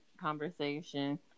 conversation